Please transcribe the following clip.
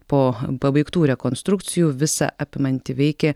po pabaigtų rekonstrukcijų visa apimanti veikė